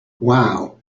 wow